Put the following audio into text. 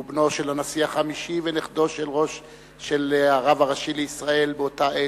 שהוא בנו של הנשיא החמישי ונכדו של הרב הראשי לישראל בה בעת.